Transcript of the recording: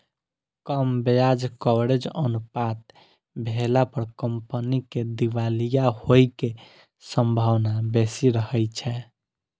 कम ब्याज कवरेज अनुपात भेला पर कंपनी के दिवालिया होइ के संभावना बेसी रहै छै